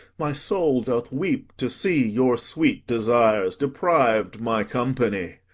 my soul doth weep to see your sweet desires depriv'd my company,